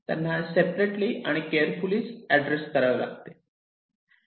त्यांना सेपरेटली आणि carefully address करावे लागते